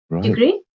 degree